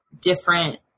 different